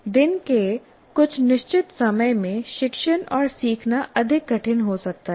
दिन के कुछ निश्चित समय में शिक्षण और सीखना अधिक कठिन हो सकता है